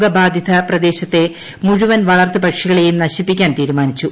രോഗബാധിത പ്രദേശത്തെ മുഴുവൻ വളർത്തു പക്ഷിക്ടുളേയും നശിപ്പിക്കാൻ തീരുമാനിച്ചു